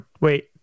wait